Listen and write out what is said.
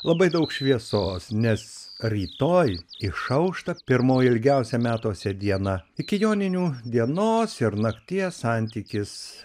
labai daug šviesos nes rytoj išauš ta pirmoji ilgiausia metuose diena iki joninių dienos ir nakties santykis